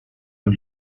amb